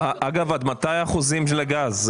אגב, עד מתי החוזים של הגז?